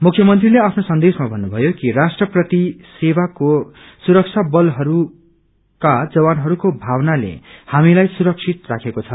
मुख्यमन्त्रीले आफ्नो सन्देशमा भन्नुभयो कि राष्ट्र प्रति सेवाको सुरक्षा बलहरूका जवानहरूको भावनीले हामीलाई सुरक्षित राखेको छ